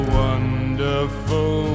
wonderful